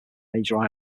major